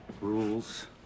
Rules